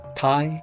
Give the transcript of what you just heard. Thai